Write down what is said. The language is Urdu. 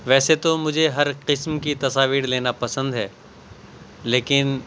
ویسے تو مجھے ہر قسم کی تصاویر لینا پسند ہے لیکن